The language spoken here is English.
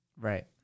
Right